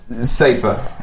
safer